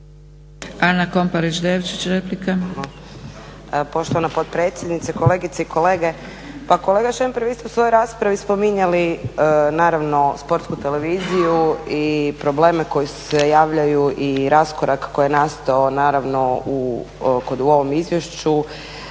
**Komparić Devčić, Ana (SDP)** Poštovana potpredsjednice, kolegice i kolege. Pa kolega Šemper, vi ste u svojoj raspravi spominjali naravno Sportsku televiziju i probleme koji se javljaju i raskorak koji je nastao naravno u ovom izvješću